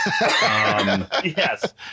Yes